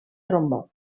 trombó